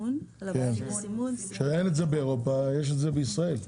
אין את זה באירופה ויש את זה רק בישראל,